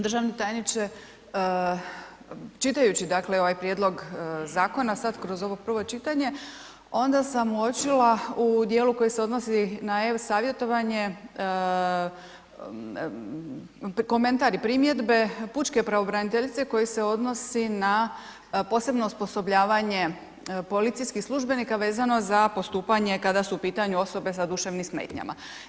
Državni tajniče, čitajući dakle, ovaj prijedlog zakona sad kroz ovo prvo čitanje, onda sam uočila u dijelu koji se odnosi na e-Savjetovanje, komentar i primjedbe Pučke pravobraniteljice koji se odnosi na posebno osposobljavanje policijskih službenika vezano za postupanje kada su u pitanju osobe sa duševnim smetnjama.